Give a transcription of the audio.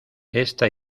esta